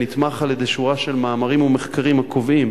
הנתמך על-ידי שורה של מאמרים ומחקרים הקובעים